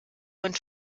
und